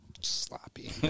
sloppy